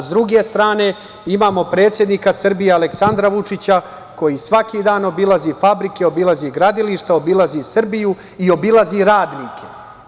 Sa druge strane imamo predsednika Srbije Aleksandra Vučića koji svaki dan obilazi fabrike, obilazi gradilišta, obilazi Srbiju i obilazi radnike.